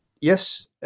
Yes